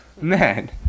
Man